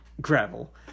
Gravel